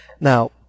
Now